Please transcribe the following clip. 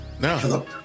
No